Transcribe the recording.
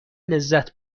لذت